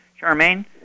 Charmaine